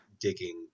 Digging